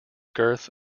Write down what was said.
girth